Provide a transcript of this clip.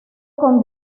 con